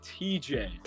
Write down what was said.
tj